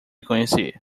conheci